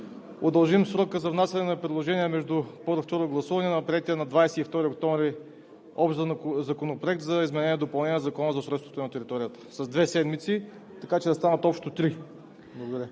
удължим срока за внасяне на предложения между първо и второ гласуване на приетия на 22 октомври Общ законопроект за изменение и допълнение на Закона за устройството на територията с две седмици, така че да станат общо три. Благодаря.